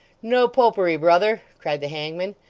no popery, brother cried the hangman.